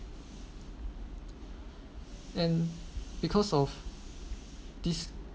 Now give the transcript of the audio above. and because of this